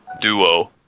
duo